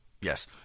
Yes